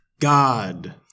God